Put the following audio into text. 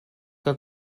que